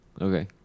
Okay